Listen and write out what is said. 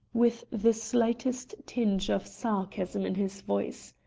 with the slightest tinge of sarcasm in his voice.